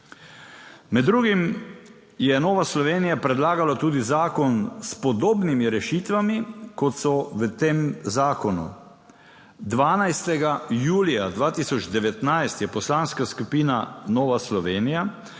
Med drugim je Nova Slovenija predlagala tudi zakon s podobnimi rešitvami, kot so v tem zakonu. 12. julija 2019 je Poslanska skupina Nova Slovenija